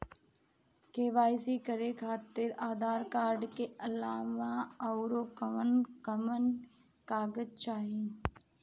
KYC करे खातिर Aadhaar card के अलावा आउरकवन कवन कागज चाहीं?